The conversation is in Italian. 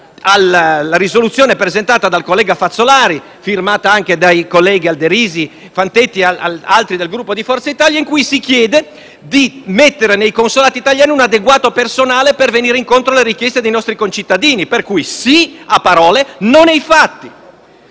di risoluzione presentata dal collega Fazzolari e dai colleghi Alderisi, Fantetti ed altri del Gruppo Forza Italia, in cui si chiede di mettere nei consolati italiani un adeguato personale per venire incontro alle richieste dei nostri concittadini. Per cui sì a parole, ma no nei fatti.